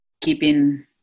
keeping